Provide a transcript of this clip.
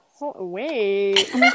wait